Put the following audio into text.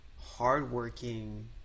hardworking